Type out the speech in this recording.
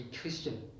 Christian